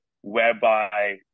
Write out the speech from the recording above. whereby